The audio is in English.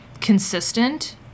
consistent